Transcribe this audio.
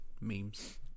memes